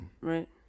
Right